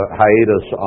hiatus